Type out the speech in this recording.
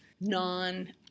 non